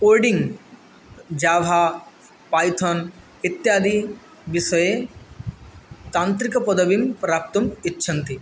coding Java Python इत्यादि विसये तान्त्रिकपदवीं प्राप्तुम् इच्छन्ति